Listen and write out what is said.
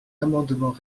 amendement